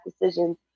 decisions